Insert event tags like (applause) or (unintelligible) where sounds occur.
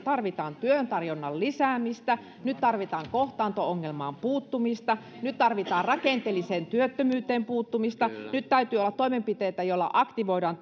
(unintelligible) tarvitaan työn tarjonnan lisäämistä nyt tarvitaan kohtaanto ongelmaan puuttumista nyt tarvitaan rakenteelliseen työttömyyteen puuttumista nyt täytyy olla toimenpiteitä joilla aktivoidaan (unintelligible)